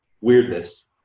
weirdness